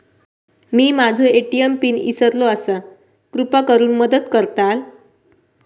मी माझो ATM pin इसरलो आसा कृपा करुन मदत करताल